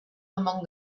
among